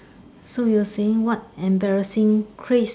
so you were saying what embarrassing craze